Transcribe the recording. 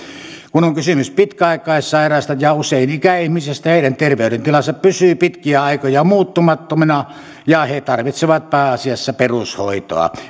kun on kysymys pitkäaikaissairaista ja usein ikäihmisistä heidän terveydentilansa pysyy pitkiä aikoja muuttumattomana ja he tarvitsevat pääasiassa perushoitoa